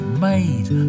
made